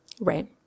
Right